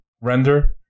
render